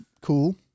cool